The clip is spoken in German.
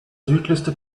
südlichste